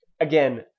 again